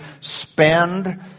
spend